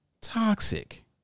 toxic